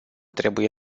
trebuie